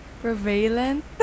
Prevalent